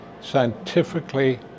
scientifically